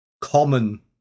common